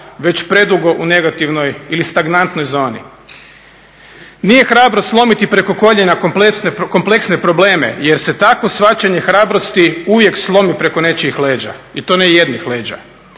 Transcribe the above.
već predugo u negativnoj ili stagnantnoj zoni. Nije hrabrost slomiti preko koljena kompleksne probleme, jer se takvo shvaćanje hrabrosti uvijek slomi preko nečijih leđa i to ne jednih leđa.